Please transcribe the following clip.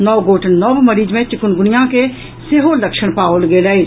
नओ गोट नव मरीज मे चिकुनगुनिया के सेहो लक्षण पाओल गेल अछि